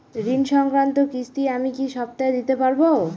ঋণ সংক্রান্ত কিস্তি আমি কি সপ্তাহে দিতে পারবো?